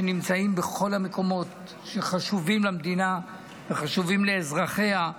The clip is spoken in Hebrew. שנמצאים בכל המקומות החשובים למדינה וחשובים לאזרחיה,